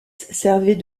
servait